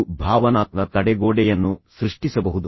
ಇದು ಭಾವನಾತ್ಮಕ ತಡೆಗೋಡೆಯನ್ನು ಸೃಷ್ಟಿಸಬಹುದು